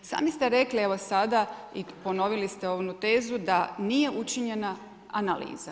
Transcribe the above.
Sami ste rekli, evo sada i ponovili ste onu tezu da nije učinjena analiza.